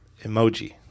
Emoji